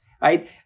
right